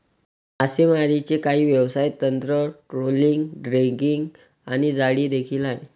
मासेमारीची काही व्यवसाय तंत्र, ट्रोलिंग, ड्रॅगिंग आणि जाळी देखील आहे